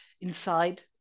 inside